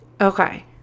Okay